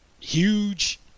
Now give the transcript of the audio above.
Huge